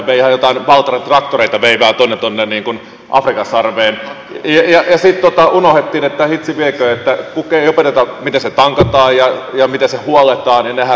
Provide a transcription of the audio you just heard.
alun perinhän suomi vei ihan jotain valtran traktoreita tuonne afrikan sarveen ja sitten unohdettiin hitsi vieköön opettaa miten ne tankataan ja miten ne huolletaan ja nehän romuttuivat sinne